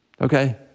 Okay